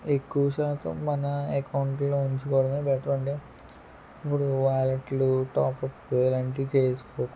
ఎక్కువ శాతం మన అకౌంట్లో ఉంచుకోవడమే బెటర్ అండి ఇప్పుడు వాలెట్లు టాప్ అప్లు ఇలాంటివి చేసుకోకుండా